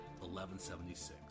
1176